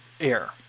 air